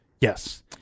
Yes